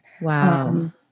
Wow